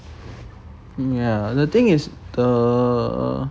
ya the thing is the